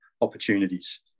opportunities